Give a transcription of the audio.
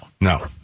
No